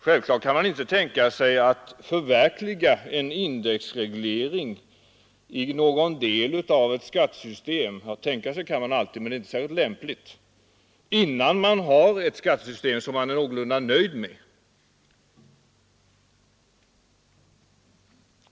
Självklart kan man tänka sig att förverkliga en indexreglering i någon del av ett skattesystem. Ja, tänka sig kan man alltid, men det är inte särskilt lämpligt innan man har ett skattesystem som man är någorlunda nöjd med.